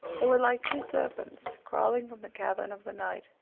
they were like two serpents crawling from the cavern of the night.